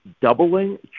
doubling